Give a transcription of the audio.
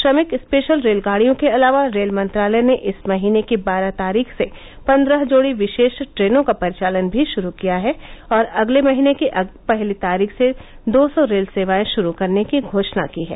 श्रमिक स्पेशल रेलगाड़ियों के अलावा रेल मंत्रालय ने इस महीने की बारह तारीख से पन्द्रह जोड़ी विशेष ट्रेनों का परिचालन भी शुरू किया है और अगले महीने की पहली तारीख से दो सौ रेल सेवाए शुरू करने की घोषणा की है